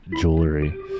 jewelry